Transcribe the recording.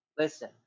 Listen